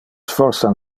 forsan